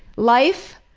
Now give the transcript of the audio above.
life?